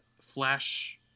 Flash